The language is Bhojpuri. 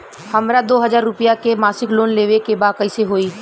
हमरा दो हज़ार रुपया के मासिक लोन लेवे के बा कइसे होई?